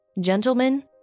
Gentlemen